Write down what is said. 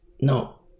No